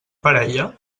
parella